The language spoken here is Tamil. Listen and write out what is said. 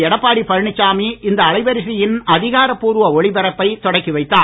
எடப்பாடி பழனிச்சாமி இந்த அலைவரிசையின் அதிகாரப்பூர்வ ஒளிபரப்பை தொடங்கி வைத்தார்